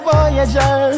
Voyager